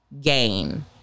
gain